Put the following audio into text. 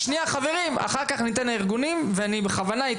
אחר כן ניתן לארגונים ואני בכוונה,